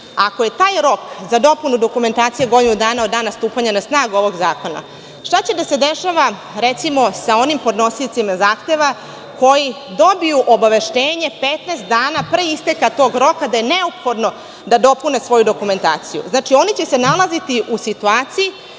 ako je taj rok za dopunu dokumentacije godinu dana od dana stupanja na snagu ovog zakona, šta će da se dešava sa onim podnosiocima zahteva koji dobiju obaveštenje 15. dana pre isteka tog roka da je neophodno da dopune svoju dokumentaciju? Oni će se nalaziti u situaciji